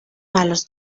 malos